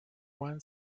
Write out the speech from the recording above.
one